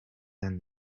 than